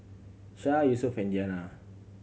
Syah Yusuf and Diyana